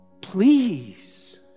Please